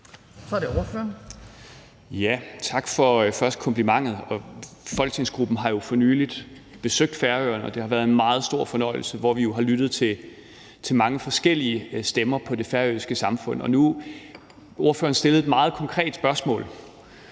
Peter Kofod (DF): Først tak for komplimentet. Folketingsgruppen har for nylig besøgt Færøerne, og det har været en meget stor fornøjelse, hvor vi jo har lyttet til mange forskellige stemmer i det færøske samfund. Nu stillede ordføreren et meget konkret spørgsmål,